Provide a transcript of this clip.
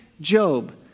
Job